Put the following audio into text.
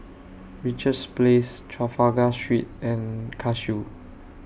Richards Place Trafalgar Street and Cashew